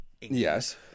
yes